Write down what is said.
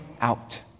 out